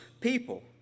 people